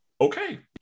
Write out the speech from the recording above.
Okay